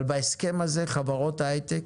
אבל, בהסכם הזה חברות היי-טק